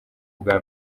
bwa